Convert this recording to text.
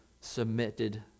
submitted